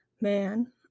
man